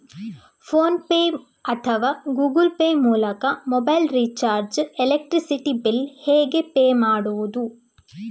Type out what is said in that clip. Phone pay ಅಥವಾ Google pay ಮೂಲಕ mobile recharge, electricity bill ಹೇಗೆ ಪೇ ಮಾಡುವುದು?